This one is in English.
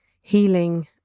healing